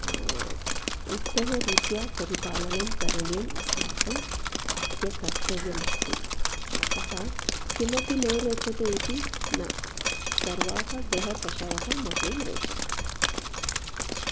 उत्तमरीत्या परिपालनं करणीयम् अस्माकम् आद्यकर्तव्यमस्ति अतः किमपि न रोचते इति न सर्वाः गृहपशवः मह्यं रोचन्ते